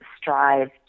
strive